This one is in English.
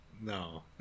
No